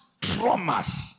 traumas